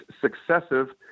successive